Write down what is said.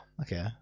Okay